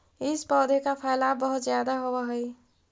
इस पौधे का फैलाव बहुत ज्यादा होवअ हई